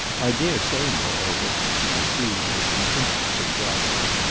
i dare say moreover, she pursued with an interested gravity,